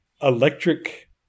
electric